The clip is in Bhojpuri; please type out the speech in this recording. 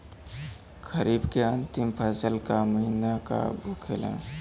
खरीफ के अंतिम फसल का महीना का होखेला?